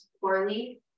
poorly